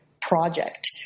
project